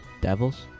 devils